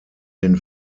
den